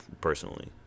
personally